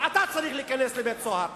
אז אתה צריך להיכנס לבית-הסוהר,